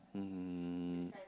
um